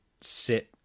sit